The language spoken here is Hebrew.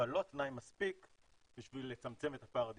אבל לא תנאי מספיק בשביל לצמצם את הפער הדיגיטלי.